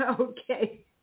Okay